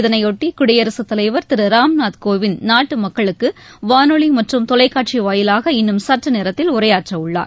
இதனையொட்டி குடியரசுத் தலைவர் திரு ராம்நாத் கோவிந்த் நாட்டு மக்களுக்கு வானொலி மற்றும் தொலைக்காட்சி வாயிலாக இன்னும் சற்று நேரத்தில் உரையாற்ற உள்ளார்